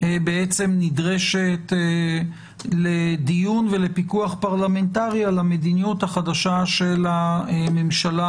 בעצם נדרשת לדיון ולפיקוח פרלמנטרי על המדיניות החדשה של הממשלה